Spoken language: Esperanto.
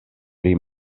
pri